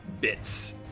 bits